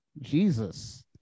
Jesus